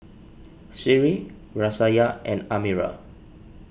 Sri Raisya and Amirah